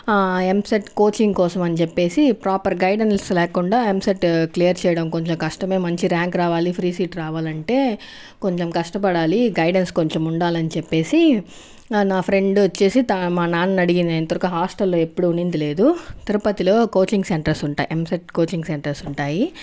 EAMCET coaching కోసం అని చెప్పేసి ప్రాపర్ గైడెన్స్ లేకుండా ఎంసెట్ క్లియర్ చేయడం కొంచెం కష్టమే మంచి ర్యాంక్ రావాలి ఫ్రీ సీట్ రావాలంటే కొంచెం కష్టపడాలి గైడెన్స్ కొంచెం ఉండాలి అని చెప్పేసి నా ఫ్రెండ్ వచ్చేసి మా నాన్నని అడిగింది నేను ఇంతవరకు హాస్టల్లో ఎప్పుడు ఉండింది లేదు తిరుపతిలో కోచింగ్ సెంటర్స్ ఉంటాయి ఎంసెట్ కోచింగ్ సెంటర్స్ ఉంటాయి